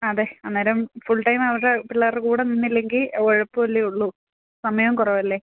ആ അതെ അന്നേരം ഫുൾടൈം അവരുടെ പിള്ളേരുടെ കൂടെ നിന്നില്ലെങ്കിൽ ഉഴപ്പുകയല്ലേ ഉള്ളു സമയവും കുറവല്ലേ